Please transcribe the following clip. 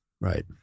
Right